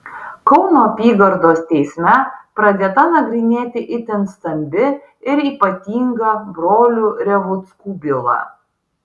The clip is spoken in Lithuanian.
kauno apygardos teisme pradėta nagrinėti itin stambi ir ypatinga brolių revuckų byla